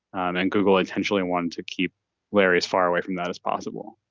and and google essentially wanted to keep larry as far away from that as possible